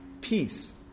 Peace